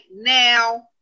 now